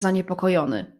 zaniepokojony